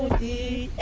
the